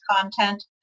content